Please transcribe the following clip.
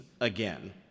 again